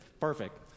perfect